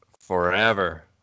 forever